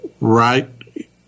right